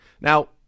Now